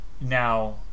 Now